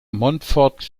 montfort